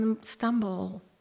stumble